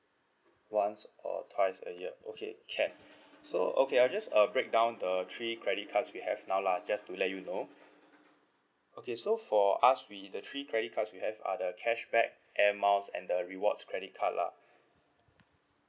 once or twice a year okay can so okay I'll just uh breakdown the three credit cards we have now lah just to let you know okay so for us we the three credit cards we have are the cashback air miles and the rewards credit card lah